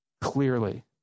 clearly